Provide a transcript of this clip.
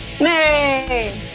Mary